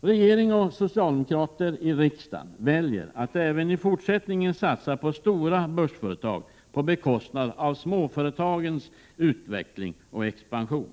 Regeringen och socialdemokraterna i riksdagen väljer att även i fortsättningen satsa på stora börsföretag på bekostnad av småföretagens utveckling och expansion.